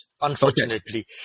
unfortunately